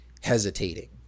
hesitating